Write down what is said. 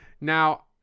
Now